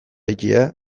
egitea